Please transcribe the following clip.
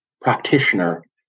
practitioner